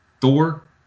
Thor